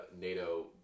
NATO